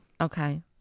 okay